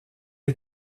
est